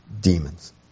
demons